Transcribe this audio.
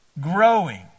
growing